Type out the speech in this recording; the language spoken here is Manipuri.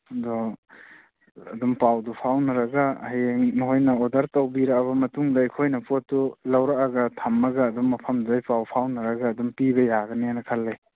ꯑꯗꯣ ꯑꯗꯨꯝ ꯄꯥꯎꯗꯨ ꯐꯥꯎꯅꯔꯒ ꯍꯌꯦꯡ ꯅꯈꯣꯏꯅ ꯑꯣꯔꯗꯔ ꯇꯧꯕꯤꯔꯛꯑꯕ ꯃꯇꯨꯡꯗ ꯑꯩꯈꯣꯏꯅ ꯄꯣꯠꯇꯨ ꯂꯧꯔꯛꯑꯒ ꯊꯝꯃꯒ ꯑꯗꯨꯝ ꯃꯐꯝꯗꯨꯗꯩ ꯄꯥꯎ ꯐꯥꯎꯅꯔꯒ ꯑꯗꯨꯝ ꯄꯤꯕ ꯌꯥꯒꯅꯤꯅ ꯈꯜꯂꯤ